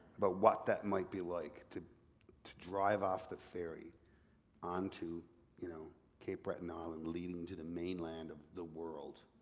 but what that might be like to to drive off the ferry onto you know cape breton island leading to the mainland of the world.